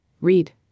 Read